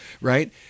right